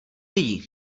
lidí